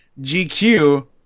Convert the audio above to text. GQ